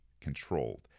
controlled